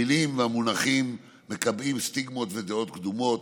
המילים והמונחים מקבלים סטיגמות ודעות קדומות.